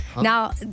Now